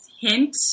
hint